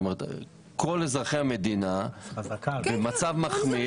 כל אזרחי המדינה במצב מחמיר.